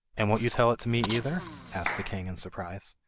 and won't you tell it to me either asked the king in surprise.